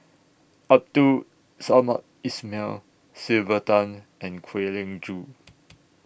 Abdul Samad Ismail Sylvia Tan and Kwek Leng Joo